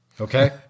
Okay